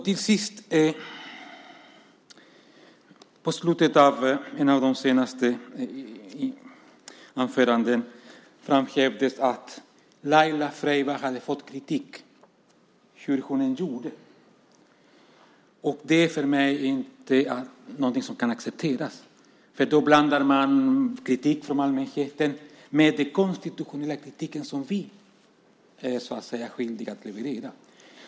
Till sist: I slutet av ett av de senaste anförandena framhävdes det att Laila Freivalds skulle ha fått kritik hur hon än gjorde. Jag menar att det är något som inte kan accepteras, för då blandar man ihop kritik från allmänheten med den konstitutionella kritik som vi så att säga är skyldiga att leverera.